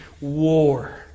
war